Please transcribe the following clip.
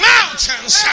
Mountains